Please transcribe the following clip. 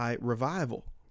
revival